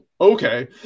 okay